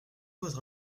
votre